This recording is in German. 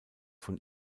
von